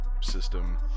system